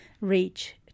reach